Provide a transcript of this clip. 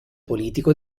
politico